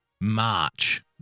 March